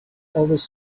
always